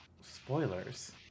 Spoilers